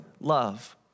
love